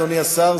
אדוני השר,